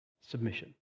Submission